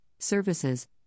Services